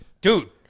Dude